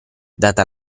data